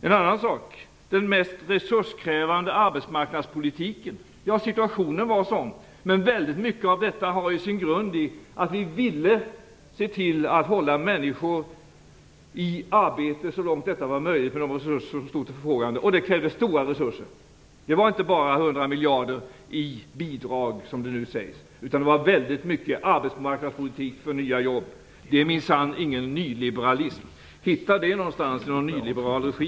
En annan sak: Ingvar Carlsson talar om den mest resurskrävande arbetsmarknadspolitiken. Ja, men situationen var sådan, men väldigt mycket av det hade sin grund i att vi ville se till att hålla människor i arbete så långt detta var möjligt med de resurser som stod till förfogande. Det krävde stora resurser. Det var inte bara 100 miljarder i bidrag som det nu sägs utan i väldigt hög grad arbetsmarknadspolitik för nya jobb. Det är minsann ingen nyliberalism. Hitta det någonstans i nyliberal regi!